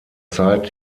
zeit